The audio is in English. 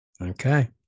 Okay